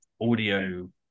audio